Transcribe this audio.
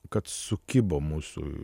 kad sukibo mūsų